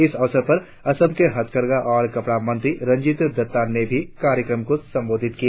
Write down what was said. इस अवसर पर असम के हथकरघा और कपड़ा मंत्री रंजीत दत्ता ने भी संबोधित किया